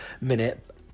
minute